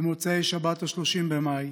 במוצאי שבת, 30 במאי,